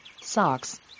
socks